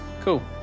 cool